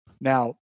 Now